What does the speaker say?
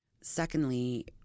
Secondly